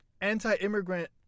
anti-immigrant